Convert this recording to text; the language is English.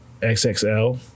XXL